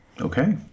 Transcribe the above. Okay